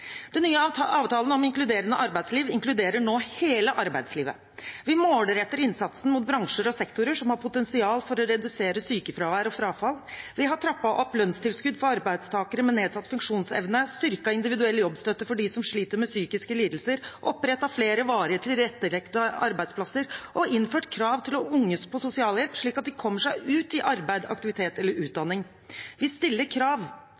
Den nye avtalen om inkluderende arbeidsliv inkluderer nå hele arbeidslivet. Vi måler etter innsatsen mot bransjer og sektorer som har potensial for å redusere sykefravær og frafall. Vi har trappet opp lønnstilskudd for arbeidstakere med nedsatt funksjonsevne, styrket individuell jobbstøtte for dem som sliter med psykiske lidelser, opprettet flere varig tilrettelagte arbeidsplasser og innført krav til unge på sosialhjelp, slik at de kommer seg ut i arbeid, aktivitet eller utdanning. Vi stiller krav,